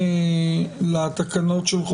תקנות סמכויות מיוחדות להתמודדות עם נגיף הקורונה